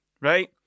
Right